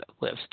list